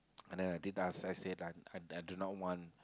and then I did ask I said I do not want